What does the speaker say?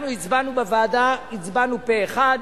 אנחנו הצבענו בוועדה פה-אחד.